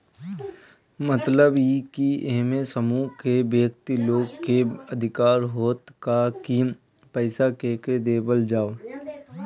मतलब इ की एमे समूह के व्यक्ति लोग के अधिकार होत ह की पईसा केके देवल जाओ